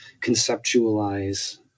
conceptualize